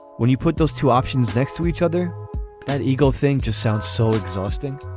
when you put those two options next to each other that ego thing just sounds so exhausting.